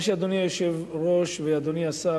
אדוני היושב-ראש ואדוני השר,